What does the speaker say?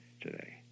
today